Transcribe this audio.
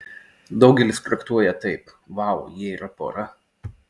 daugelis traktuoja taip vau jie yra pora